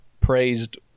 praised